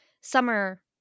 summer